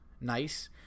nice